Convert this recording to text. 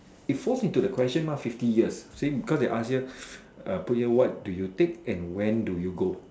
it falls in to the questions mah fifty years see because they ask here what do you take and when do you go